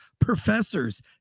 professors